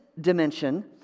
dimension